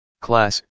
Class